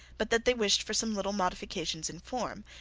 but that they wished for some little modifications in form,